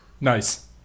Nice